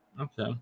okay